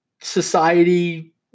society